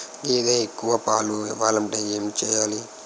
గేదె ఎక్కువ పాలు ఇవ్వాలంటే ఏంటి చెయాలి?